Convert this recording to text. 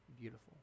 beautiful